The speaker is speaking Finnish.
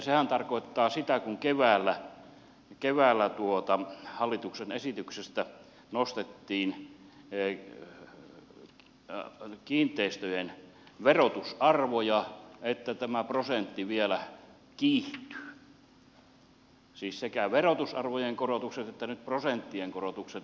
sehän tarkoittaa sitä kun keväällä hallituksen esityksestä nostettiin kiinteistöjen verotusarvoja että tämä prosentti vielä kiihtyy siis sekä verotusarvojen korotukset että nyt prosenttien korotukset